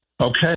Okay